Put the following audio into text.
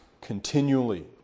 continually